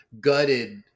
gutted